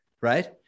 right